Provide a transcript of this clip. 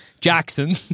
jackson